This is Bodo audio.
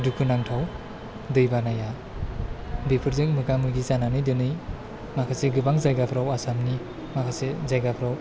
दुखु नांथाव दै बानाया बेफोरजों मोगा मोगि जानानै दिनै माखासे गोबां जायगाफ्राव आसामनि माखासे जायगाफ्राव